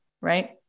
right